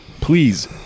Please